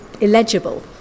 illegible